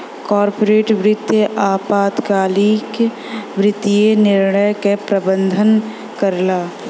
corporate वित्त अल्पकालिक वित्तीय निर्णय क प्रबंधन करला